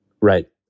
Right